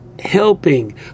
helping